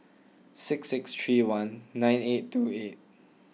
six six three one nine eight two eight